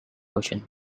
ocean